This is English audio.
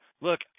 Look